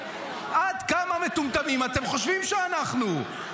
עד כמה מטומטמים אתם חושבים שאנחנו?